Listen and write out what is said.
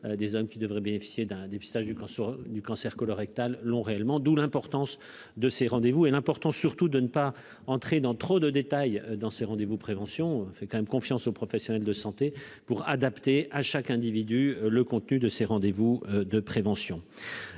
des hommes qui devraient bénéficier d'un dépistage du cancer du cancer colorectal long réellement, d'où l'importance de ces rendez-vous et l'importance surtout de ne pas entrer dans trop de détails dans ses rendez-vous prévention fais quand même confiance aux professionnels de santé pour adapter à chaque individu le contenu de ces rendez-vous de prévention,